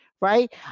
Right